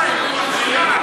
דובר אחרון.